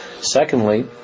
Secondly